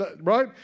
Right